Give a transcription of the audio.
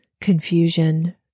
confusion